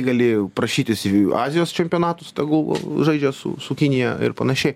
gali prašytis į azijos čempionatus tegul žaidžia su su kinija ir panašiai